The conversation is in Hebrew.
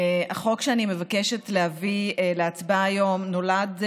החוק שאני מבקשת להביא להצבעה היום נולד,